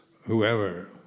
whoever